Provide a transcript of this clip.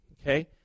okay